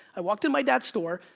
i walked in my dad's store,